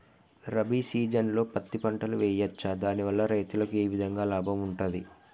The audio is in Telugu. రబీ సీజన్లో పత్తి పంటలు వేయచ్చా దాని వల్ల రైతులకు ఏ విధంగా లాభం ఉంటది?